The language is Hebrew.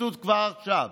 התמוטטות כבר עכשיו,